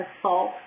assault